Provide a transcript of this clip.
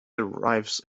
derives